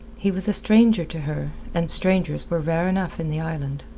he was a stranger to her, and strangers were rare enough in the island.